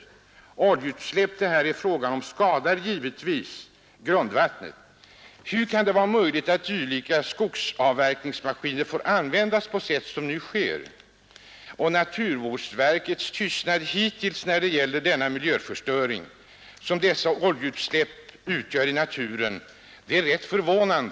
Sådana oljeutsläpp som det här gäller skadar givetvis grundvattnet. Hur kan det vara möjligt att dylika skogsavverkningsmaskiner får användas på sätt som nu sker? Naturvårdsverkets tystnad hittills när det gäller den miljöförstöring, som dessa oljeutsläpp i naturen medför, är rätt förvånande.